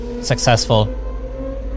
successful